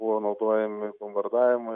buvo naudojami bombardavimui